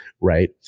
right